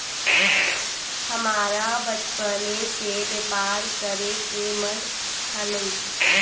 हमरा बचपने से व्यापार करे के मन हलई